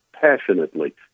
passionately